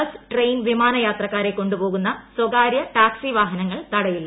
bus train വിമാന യാത്രക്കാരെ കൊണ്ടുപോകുന്ന സ്വകാരൃ ടാക്സി വാഹനങ്ങൾ തടയില്ല